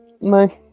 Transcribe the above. No